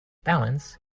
balance